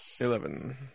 Eleven